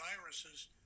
viruses